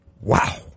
Wow